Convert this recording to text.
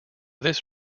this